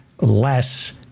less